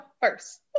first